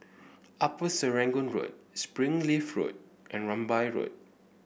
Upper Serangoon Road Springleaf Road and Rambai Road